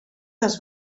dels